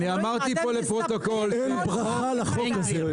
אין ברכה לחוק הזה.